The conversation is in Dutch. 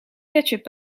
ketchup